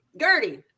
Gertie